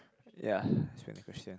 ya ppo many question